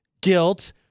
guilt